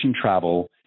travel